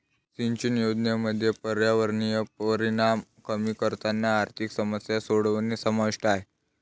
सिंचन योजनांमध्ये पर्यावरणीय परिणाम कमी करताना आर्थिक समस्या सोडवणे समाविष्ट आहे